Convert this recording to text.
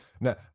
now